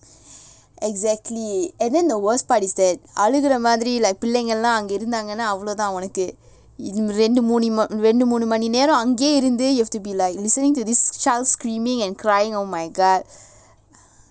exactly and then the worst part is that அவளோ தூரம் மாதிரி பிள்ளைங்கல்லாம் அங்க இருந்தாங்கன்னா அவளவுதான் ஒனக்கு ரெண்டு மூணு மணி நேரம் அங்கேயே இருந்து:avalo thooram maathiri pillaingallaam anga irunthangannaa avalavuthaan onakku rendu moonu mani neram angayae irunthu you have to be like listening to this child screaming and crying oh my god